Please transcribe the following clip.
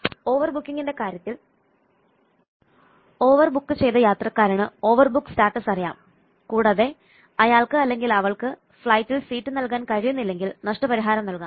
over ബുക്കിംഗിന്റെ കാര്യത്തിൽ over book ചെയ്ത യാത്രക്കാരന് ഓവർബുക്ക് സ്റ്റാറ്റസ് അറിയാം കൂടാതെ അയാൾക്ക് അല്ലെങ്കിൽ അവൾക്ക് ഫ്ലൈറ്റിൽ സീറ്റ് നൽകാൻ കഴിയുന്നില്ലെങ്കിൽ നഷ്ടപരിഹാരം നൽകാം